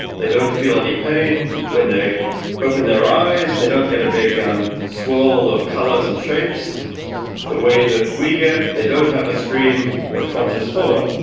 they don't feel any pain when they open their eyes they don't get a big um swirl of colours and shapes the way that we get they don't have a stream of conscious thought.